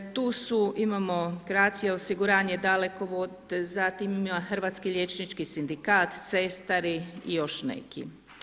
Tu su imamo Croatia osiguranje, Dalekovod, zatim imamo Hrvatski liječnički sindikat, cestari i još neki.